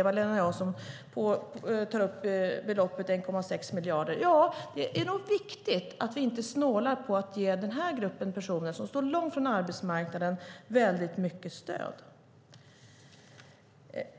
Eva-Lena Jansson tar upp beloppet 1,6 miljarder - ja, det är nog viktigt att vi inte snålar på att ge denna grupp personer, som står långt från arbetsmarknaden, väldigt mycket stöd.